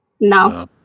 No